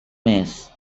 més